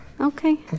Okay